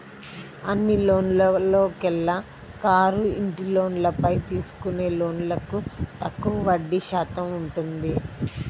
అన్ని లోన్లలోకెల్లా కారు, ఇంటి లోన్లపై తీసుకునే లోన్లకు తక్కువగా వడ్డీ శాతం ఉంటుంది